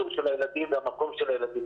בספקטרום של הילדים ובמקום של הילדים,